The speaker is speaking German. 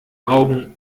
augen